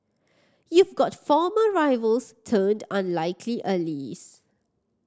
you've got former rivals turned unlikely